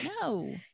no